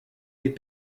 des